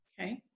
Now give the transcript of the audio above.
Okay